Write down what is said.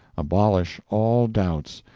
abolish all doubts,